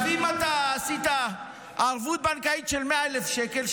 אם אתה עשית ערבות בנקאית של 100,000 שקל,